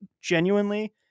Genuinely